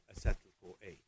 acetyl-CoA